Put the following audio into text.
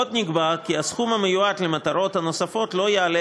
עוד נקבע כי הסכום המיועד למטרות הנוספות לא יעלה